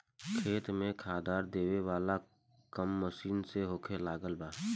खेत में खादर देबे वाला काम मशीन से होखे लागल बा